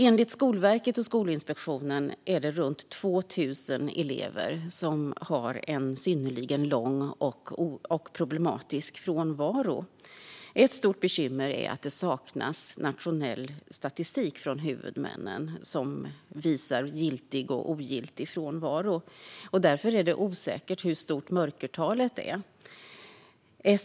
Enligt Skolverket och Skolinspektionen är det runt 2 000 elever som har en synnerligen lång och problematisk frånvaro. Ett stort bekymmer är att det saknas nationell statistik från huvudmännen som visar giltig och ogiltig frånvaro, och därför är det osäkert hur stort mörkertalet är.